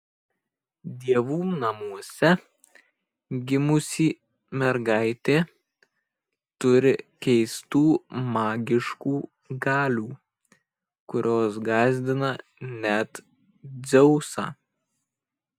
dievų namuose gimusi mergaitė turi keistų magiškų galių kurios gąsdina net dzeusą